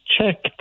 check